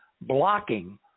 blocking